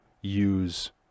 use